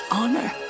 honor